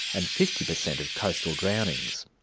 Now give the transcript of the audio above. and fifty percent of coastal drownings.